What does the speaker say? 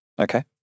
okay